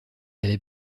avait